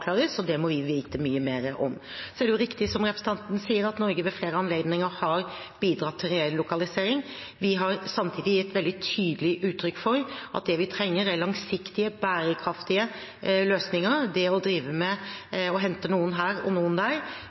det riktig som representanten sier, at Norge ved flere anledninger har bidratt til relokalisering. Vi har samtidig gitt veldig tydelig uttrykk for at det vi trenger, er langsiktige, bærekraftige løsninger. Det å drive og hente noen her og noen der